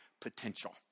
potential